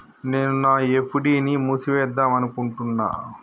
నేను నా ఎఫ్.డి ని మూసివేద్దాంనుకుంటున్న